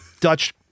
Dutch